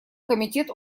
комитет